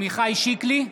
עמיחי שיקלי,